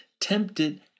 tempted